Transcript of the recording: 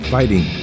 Fighting